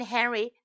Henry